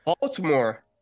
baltimore